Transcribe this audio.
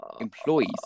employees